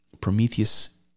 Prometheus